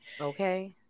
Okay